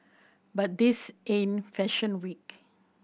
but this ain't fashion week